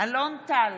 אלון טל,